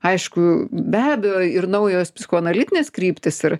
aišku be abejo ir naujos psichoanalitinės kryptis ir